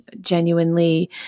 genuinely